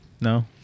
no